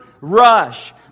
rush